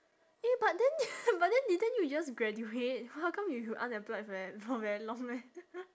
eh but then but then didn't you just graduate how come you unemployed for ve~ for very long meh